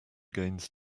gains